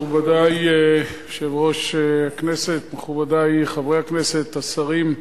מכובדי היושב-ראש, מכובדי חברי הכנסת, השרים,